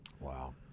Wow